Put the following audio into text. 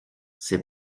c’est